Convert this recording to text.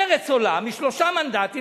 מרצ עולה משלושה מנדטים